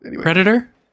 Predator